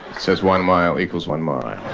says one mile equals one mile